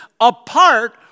apart